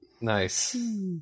Nice